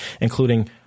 including